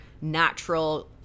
natural